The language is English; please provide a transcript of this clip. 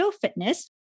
Fitness